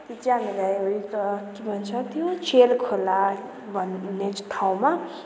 त्यो चाहिँ हामीलाई उयो त के भन्छ त्यो चेर खोला भन्ने ठाउँमा